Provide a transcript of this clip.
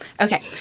Okay